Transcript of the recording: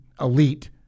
elite